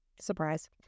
Surprise